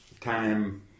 time